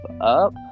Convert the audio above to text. up